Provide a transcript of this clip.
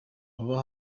baba